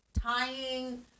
tying